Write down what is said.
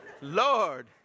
Lord